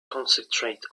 concentrate